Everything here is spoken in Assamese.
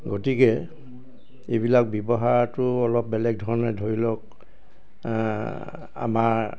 গতিকে এইবিলাক ব্যৱহাৰটো অলপ বেলেগ ধৰণে ধৰি লওক আমাৰ